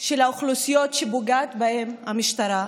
של האוכלוסיות שפוגעת בהן המשטרה,